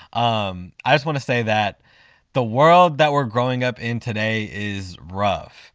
um i just want to say that the world that we are growing up in today is rough.